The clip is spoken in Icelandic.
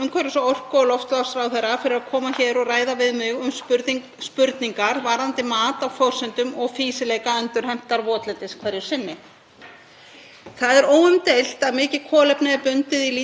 Það er óumdeilt að mikið kolefni er bundið í lítið rotnuðum jurtaleifum í votlendi og því getur framræsla þess leitt til losunar gróðurhúsalofttegunda því að gróðurleifar rotna hraðar í þurru landi en blautu.